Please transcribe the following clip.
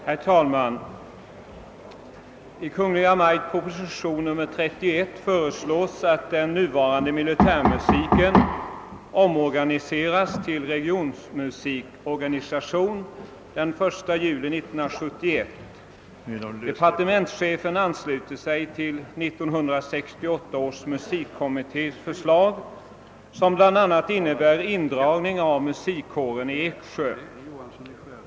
Herr talman! I Kungl. Maj:ts proposition 31 föreslås att den nuvarande militärmusiken omorganiseras till en regionmusikorganisation den 1 juli 1971. Departementschefen ansluter sig därvid till 1968 års musikkommittés förslag, som bl.a. innebär indragning av musikkåren i Eksjö.